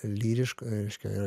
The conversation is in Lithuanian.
lyriško reiškia yra